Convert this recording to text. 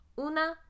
Una